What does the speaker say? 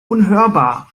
unhörbar